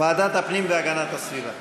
ועדת הפנים והגנת הסביבה.